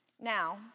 Now